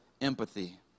empathy